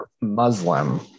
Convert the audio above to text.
Muslim